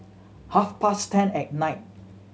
half past ten at night